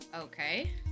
okay